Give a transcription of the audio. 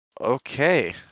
Okay